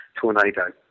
Tornado